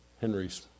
Henry's